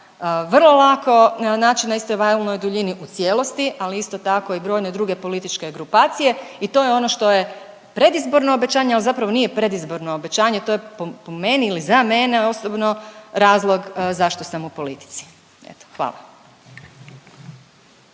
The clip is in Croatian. vrlo lako naći na istoj valnoj duljini u cijelosti, ali isto tako i brojne druge političke grupacije i to je ono što je predizborno obećanje, ali zapravo nije predizborno obećanje. To je po meni ili za mene osobno razlog zašto sam u politici. Eto hvala.